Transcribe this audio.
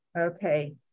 Okay